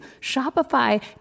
Shopify